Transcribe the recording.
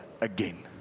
again